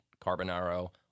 Carbonaro